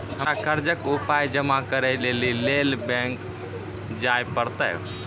हमरा कर्जक पाय जमा करै लेली लेल बैंक जाए परतै?